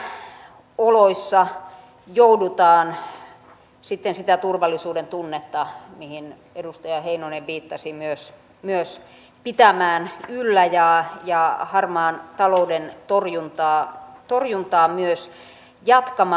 näissä oloissa joudutaan sitten sitä turvallisuudentunnetta mihin myös edustaja heinonen viittasi pitämään yllä ja harmaan talouden torjuntaa myös jatkamaan